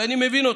ואני מבין אותך.